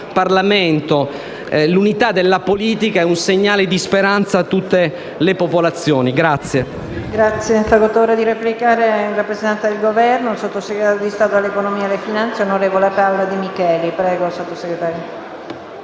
Parlamento e della politica è un segnale di speranza a tutte le popolazioni.